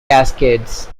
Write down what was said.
cascades